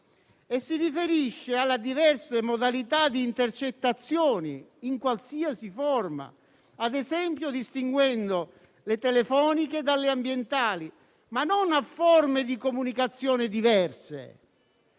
si riferisce alle diverse modalità di intercettazione, in qualsiasi forma, ad esempio distinguendo le telefoniche dalle ambientali, ma non a forme di comunicazione diverse.